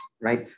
right